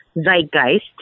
zeitgeist